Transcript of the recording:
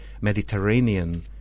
Mediterranean